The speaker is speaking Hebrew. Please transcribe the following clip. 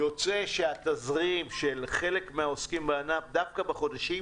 יוצא שהתזרים של חלק מהעוסקים בענף דווקא בחודשים